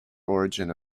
origin